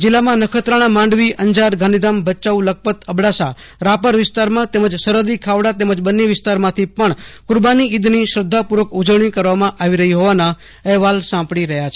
જીલ્લામાં નખત્રાણા માંડવી અંજાર ગાંધીધામ ભયાઉ લખપત અબડાસા રાપર વિસ્તારમાં તેમજ સરહદી ખાવડા બન્ની વિસ્તારમાં પણ કુરબાની ઇદની શ્રધ્ધાપુ ર્વક ઉજવણી કરવામાં આવી રહી હોવાના અહેવાલ છે